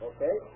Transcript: Okay